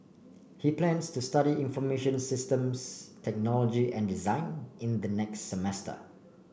he plans to study information systems technology and design in the next semester